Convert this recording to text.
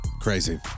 Crazy